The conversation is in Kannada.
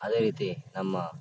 ಅದೇ ರೀತಿ ನಮ್ಮ